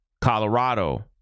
Colorado